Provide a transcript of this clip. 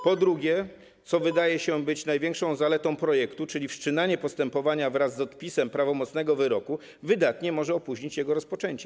Po drugie, to, co wydaje się być największą zaletą projektu, czyli wszczynanie postępowania wraz z odpisem prawomocnego wyroku, wydatnie może opóźnić jego rozpoczęcie.